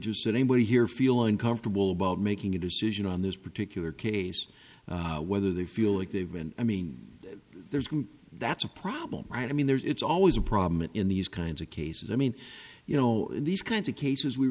just anybody here feel uncomfortable about making a decision on this particular case whether they feel like they've been i mean there's that's a problem i mean there's it's always a problem in these kinds of cases i mean you know these kinds of cases we